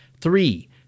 three